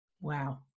Wow